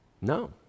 no